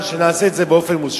הגיע הזמן שנעשה את זה באופן מושלם.